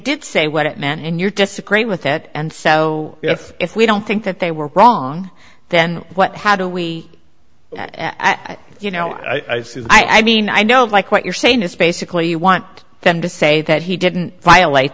did say what it meant and you're disagreeing with it and so yes if we don't think that they were wrong then what how do we you know i said i mean i know like what you're saying is basically you want them to say that he didn't violate